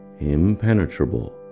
impenetrable